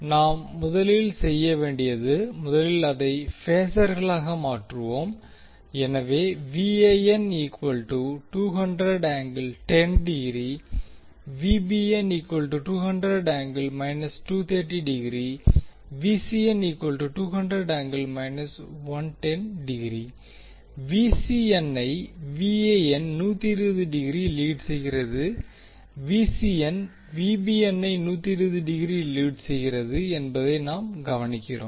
நாம் முதலில் செய்ய வேண்டியது முதலில் அதை பேஸர்களாக மாற்றுவோம் எனவே ஐ லீட் செய்கிறது Vcn Vbn ஐ லீட் செய்கிறது என்பதை நாம் கவனிக்கிறோம்